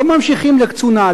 לא ממשיכים לקצונה,